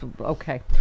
Okay